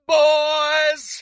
boys